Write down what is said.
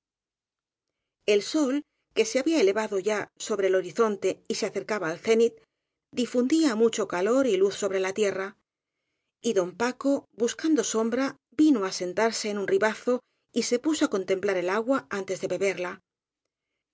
el sol que se había elevado ya sobre el horizon te y se acercaba al cénit difundía mucho calor y luz sobre la tierra y don paco buscando sombra vino á sentarse en un ribazo y se puso á contem plar el agua antes de bebería